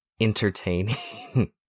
entertaining